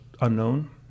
unknown